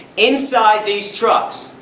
inside these trucks,